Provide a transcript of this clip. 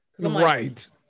Right